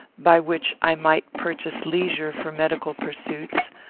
by which i might purchase leisure for medical pursuits,